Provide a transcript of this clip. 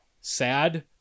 sad